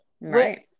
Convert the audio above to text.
Right